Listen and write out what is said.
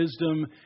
Wisdom